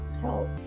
help